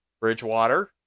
Bridgewater